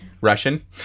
Russian